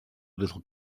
little